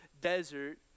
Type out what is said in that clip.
desert